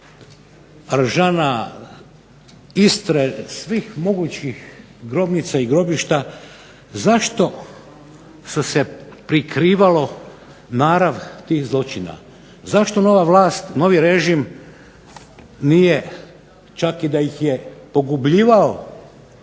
Ržana, Istre, svih mogućih grobnica i grobišta, zašto su se prikrivalo narav tih zločina? Zašto nova vlast, novi režim nije čak i da ih je pogubljivao,